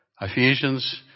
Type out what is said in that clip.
Ephesians